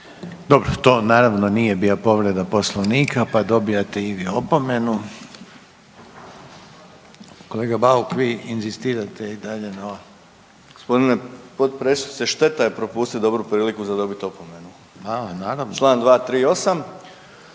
Dobro, to naravno nije bila povreda Poslovnika pa dobijate i vi opomenu. Kolega Bauk vi inzistirate i dalje na … **Bauk, Arsen (SDP)** Gospodine predsjedniče šteta je propustit dobru priliku za dobit opomenu. **Reiner,